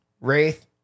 Wraith